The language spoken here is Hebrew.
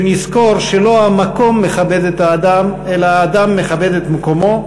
שנזכור שלא המקום מכבד את האדם אלא האדם מכבד מקומו,